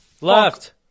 Left